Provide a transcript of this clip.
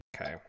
Okay